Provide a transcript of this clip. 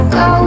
go